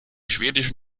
schwedische